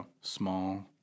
small